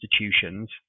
institutions